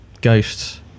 ghosts